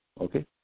Okay